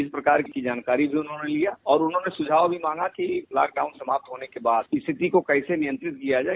इस प्रकार की जानकारी उन्होंने लिया और उन्होंने सुझाव भी मांगा कि लॉकडाउन समाप्त होने के बाद स्थिति को कैसे नियंत्रित किया जाये